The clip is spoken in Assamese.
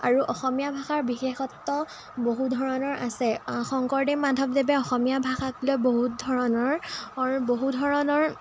আৰু অসমীয়া ভাষাৰ বিশেষত্ব বহু ধৰণৰ আছে শংকৰদেৱ মাধৱদেৱে অসমীয়া ভাষাক লৈ বহুত ধৰণৰ বহু ধৰণৰ